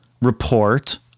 report